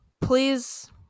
please